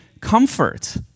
comfort